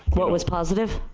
what was positive?